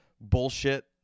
bullshit